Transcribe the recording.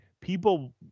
people